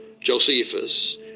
Josephus